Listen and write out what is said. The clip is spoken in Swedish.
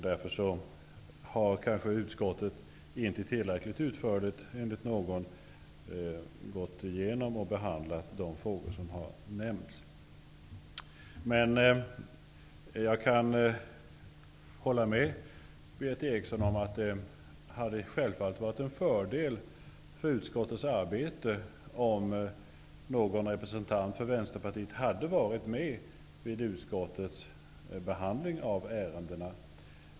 Utskottet har kanske därför inte tillräckligt utförligt, enligt någons mening, gått igenom och behandlat de frågor som har nämnts. Jag kan hålla med Berith Eriksson om att det självfallet hade varit en fördel för utskottets arbete om någon representant för Vänsterpartiet hade varit med vid utskottets behandling av ärendena.